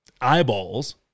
eyeballs